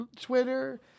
Twitter